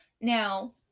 Now